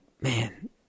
man